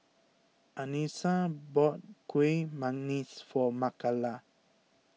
Anissa bought Kuih Manggis for Makala